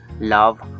love